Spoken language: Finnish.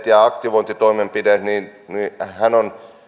ja aktivointitoimenpiteistä hän on